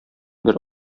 бер